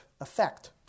effect